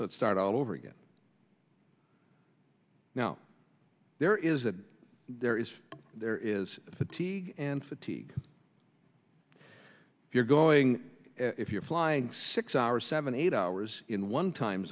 it start all over again now there is that there is there is fatigue and fatigue if you're going if you're flying six hours seven eight hours in one time